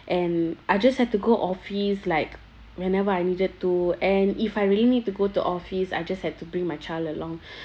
and I just have to go office like whenever I needed to and if I really need to go to office I just had to bring my child along